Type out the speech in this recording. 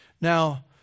Now